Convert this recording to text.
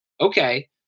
Okay